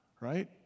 right